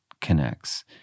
connects